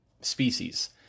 species